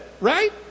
right